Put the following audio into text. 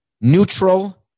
neutral